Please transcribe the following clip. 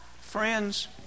Friends